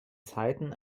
zeiten